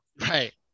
right